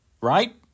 right